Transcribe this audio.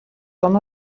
són